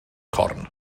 corn